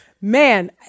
Man